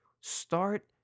start